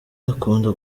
akunda